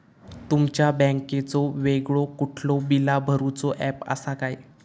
तुमच्या बँकेचो वेगळो कुठलो बिला भरूचो ऍप असा काय?